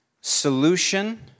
solution